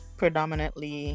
predominantly